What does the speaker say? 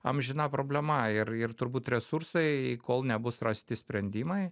amžina problema ir ir turbūt resursai kol nebus rasti sprendimai